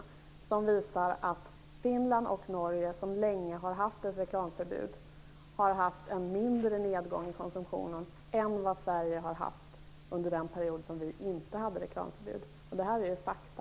Undersökningen visar att Finland och Norge, som länge har haft ett reklamförbud, har haft en mindre nedgång i konsumtionen än vad Sverige hade under den period då vi inte hade reklamförbud. Det här är fakta.